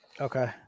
Okay